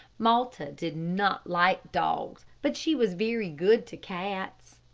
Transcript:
malta did not like dogs, but she was very good to cats.